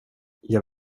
jag